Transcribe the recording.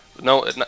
no